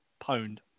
pwned